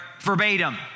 verbatim